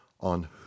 on